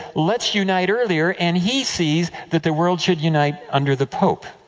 let us unite earlier, and he sees that the world should unite under the pope.